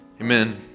amen